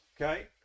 okay